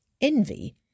Envy